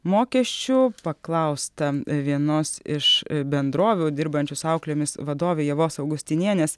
mokesčių paklausta vienos iš bendrovių dirbančių su auklėmis vadovė ievos augustinienės